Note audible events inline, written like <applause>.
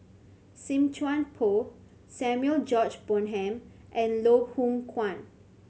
<unintelligible> Chuan Poh Samuel George Bonham and Loh Hoong Kwan